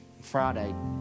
Friday